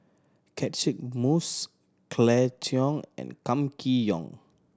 Catchick Moses Claire Chiang and Kam Kee Yong